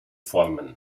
formen